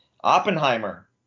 oppenheimer